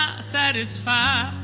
satisfied